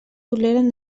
toleren